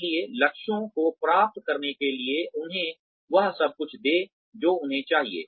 इसलिए लक्ष्यों को प्राप्त करने के लिए उन्हें वह सब कुछ दें जो उन्हें चाहिए